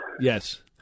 Yes